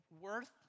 worth